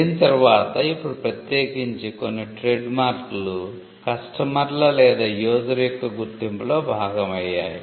దీని తర్వాత ఇప్పుడు ప్రత్యేకించి కొన్ని ట్రేడ్మార్క్లు కస్టమర్ల లేదా యూజర్ యొక్క గుర్తింపులో భాగమయ్యాయి